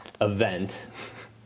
event